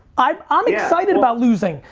i'm um excited about losing.